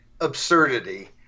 Absurdity